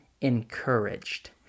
encouraged